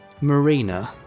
marina